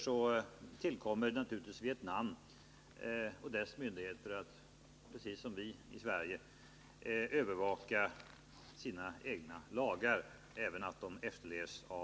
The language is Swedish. Men därutöver ankommer det naturligtvis på myndigheterna i Vietnam att precis som vi gör i Sverige övervaka att landets lagar efterlevs.